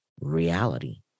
reality